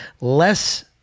less